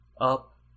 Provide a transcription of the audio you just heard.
up